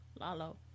Lalo